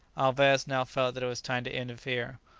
alvez now felt that it was time to interfere.